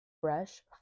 Fresh